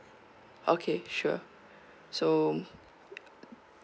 okay sure so